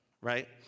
right